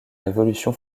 révolution